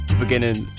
beginning